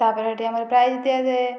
ତା'ପରେ ସେହିଠି ଆମର ପ୍ରାଇଜ୍ ଦିଆଯାଏ